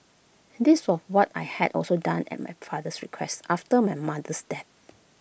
this was what I had also done at my father's requests after my mother's death